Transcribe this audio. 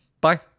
Bye